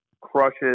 crushes